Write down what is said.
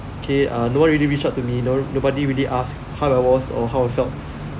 k uh no one really reach out to me no~ nobody really ask how I was or how I felt